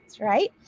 right